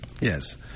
Yes